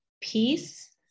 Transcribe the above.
peace